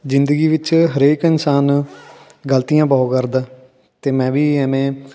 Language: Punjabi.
ਜ਼ਿੰਦਗੀ ਵਿੱਚ ਹਰੇਕ ਇਨਸਾਨ ਗਲਤੀਆਂ ਬਹੁਤ ਕਰਦਾ ਅਤੇ ਮੈਂ ਵੀ ਐਵੇਂ